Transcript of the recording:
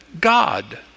God